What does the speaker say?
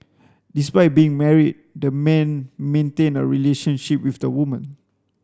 despite being married the man maintained a relationship with the woman